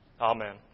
Amen